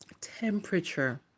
temperature